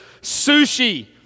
Sushi